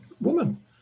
woman